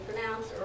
pronounce